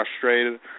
frustrated